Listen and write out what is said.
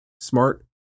smart